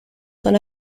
son